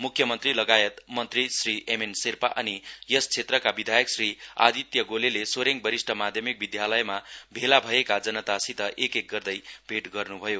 म्ख्यमन्त्री लगायत मन्त्री श्री एमएन शेर्पा अनि यस क्षेत्रका विधायक श्री आदित्य गोलेले सोरेङ वरिष्ठ माध्यमिक विद्यालयमा भेला भएका जनतासित एक एक गर्दै भेट गर्न्भयो